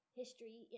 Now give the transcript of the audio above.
history